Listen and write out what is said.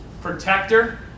protector